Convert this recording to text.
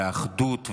האחדות,